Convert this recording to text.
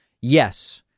Yes